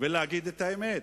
ולהגיד את האמת.